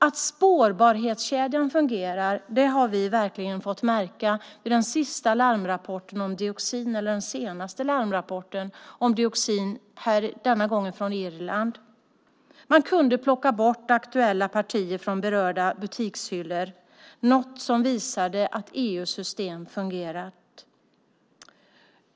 Att spårbarhetskedjan fungerar har vi verkligen fått märka i samband med den senaste larmrapporten om dioxin, denna gång från Irland. Man kunde plocka bort aktuella partier från berörda butikshyllor, vilket visar att EU:s system fungerar.